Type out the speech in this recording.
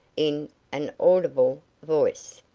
in an audible voice.